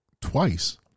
twice